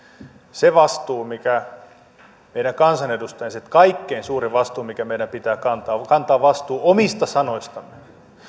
se vastuu mikä on meidän kansanedustajien se kaikkein suurin vastuu mikä meidän pitää kantaa on vastuu omista sanoistamme